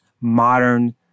modern